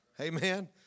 Amen